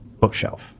bookshelf